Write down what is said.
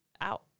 out